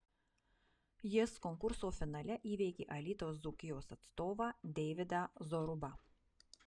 jis konkurso finale įveikė alytaus dzūkijos atstovą deividą zorubą